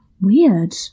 Weird